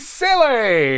silly